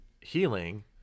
healing